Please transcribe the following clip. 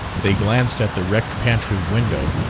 they glanced at the wrecked pantry window,